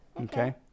Okay